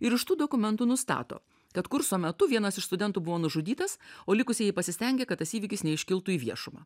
ir iš tų dokumentų nustato kad kurso metu vienas iš studentų buvo nužudytas o likusieji pasistengė kad tas įvykis neiškiltų į viešumą